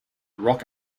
rock